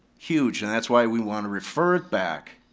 huge, and that's why we want to refer it back.